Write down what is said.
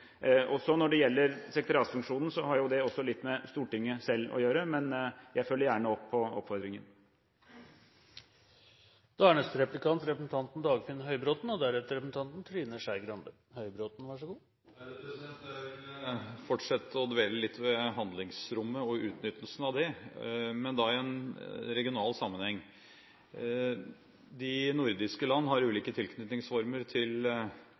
Når det så gjelder sekretariatsfunksjonen, har jo det også litt med Stortinget selv å gjøre. Men jeg følger gjerne opp oppfordringen. Jeg vil fortsette å dvele litt ved handlingsrommet og utnyttelsen av det, men da i en regional sammenheng. De nordiske land har ulike tilknytningsformer til